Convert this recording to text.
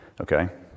okay